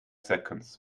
seconds